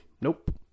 Nope